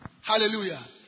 Hallelujah